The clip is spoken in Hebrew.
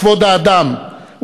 כבוד האדם,